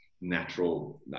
natural